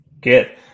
Good